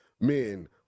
men